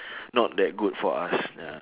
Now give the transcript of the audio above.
not that good for us ya